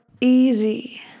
easy